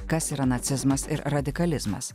kas yra nacizmas ir radikalizmas